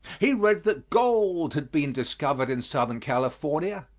he read that gold had been discovered in southern california,